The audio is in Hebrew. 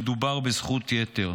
מדובר בזכות יתר.